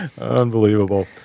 unbelievable